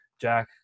Jack